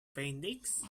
paintings